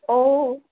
অ'